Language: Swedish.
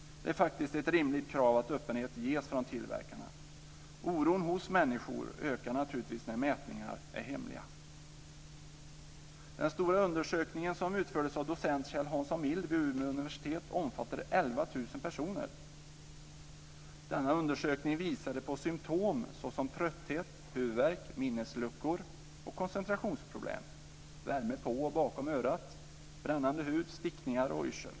Öppenhet från tillverkarna är faktiskt ett rimligt krav. Oron hos människor ökar naturligtvis när mätningarna är hemliga. Den stora undersökning som utförts av docent av Kjell Hansson-Mild vid Umeå universitet omfattar 11 000 personer. Denna undersökning visar på symtom som trötthet, huvudvärk, minnesluckor och koncentrationsproblem, värme på och bakom örat, brännande hud, stickningar och yrsel.